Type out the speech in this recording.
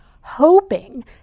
hoping